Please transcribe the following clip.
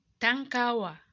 Tankawa